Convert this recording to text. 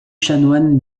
chanoine